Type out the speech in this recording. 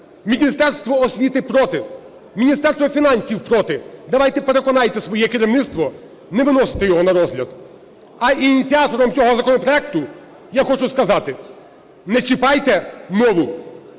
Міністерство освіти проти. Міністерство фінансів проти. Давайте переконайте своє керівництво не виносити його на розгляд. А ініціаторам цього законопроекту я хочу сказати: не чіпайте мову.